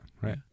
right